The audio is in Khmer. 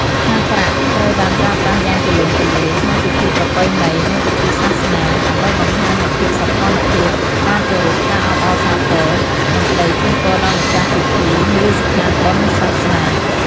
ថាសប្រាក់ត្រូវបានប្រើប្រាស់យ៉ាងទូលំទូលាយក្នុង ពិធីប្រពៃណី និង ពិធីសាសនា ដើម្បីបង្ហាញនូវភាពសោភ័ណភាព ការគោរព ការអបអរសាទរ និងក្តីជូនពរដល់ម្ចាស់ពិធី ឬស្ថានបុណ្យសាសនា។